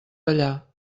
ballar